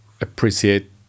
appreciate